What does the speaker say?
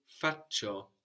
faccio